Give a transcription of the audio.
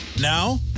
Now